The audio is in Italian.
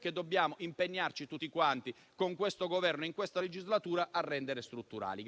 che dobbiamo impegnarci tutti, con questo Governo e in questa legislatura, a rendere strutturali.